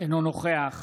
אינו נוכח